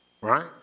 right